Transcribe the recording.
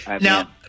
now